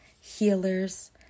healers